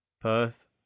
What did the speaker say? Perth